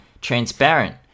transparent